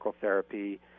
therapy